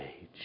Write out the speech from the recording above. age